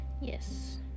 Yes